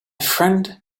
friend